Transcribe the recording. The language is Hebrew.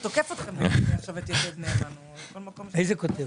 איזו כותרת?